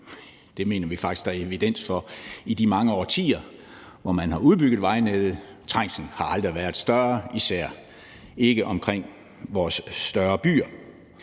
Det mener vi faktisk der er evidens for igennem de mange årtier, hvor man har udbygget vejnettet. Trængslen har aldrig været større; det gælder især omkring vores større byer.